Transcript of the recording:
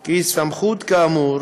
כי סמכות כאמור